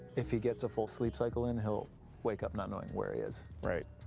if he gets a full sleep cycle in, he'll wake up not knowing where he is. right.